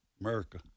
America